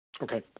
Okay